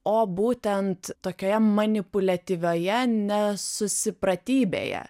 o būtent tokioje manipuliatyvioje nesusipratybėje